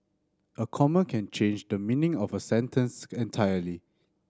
a comma can change the meaning of a sentence entirely